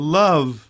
love